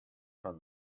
from